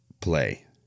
play